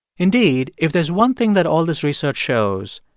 indeed, if there's one thing that all this research shows,